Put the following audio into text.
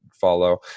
follow